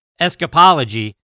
Escapology